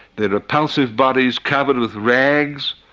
their repulsive bodies covered with rags,